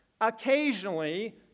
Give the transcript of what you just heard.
Occasionally